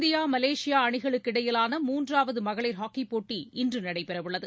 India மலேசியாஅணிகளுக்கிடையிலான மூன்றாவதமகளிர் ஹாக்கிப் போட்டி இன்றுநடைபெறஉள்ளது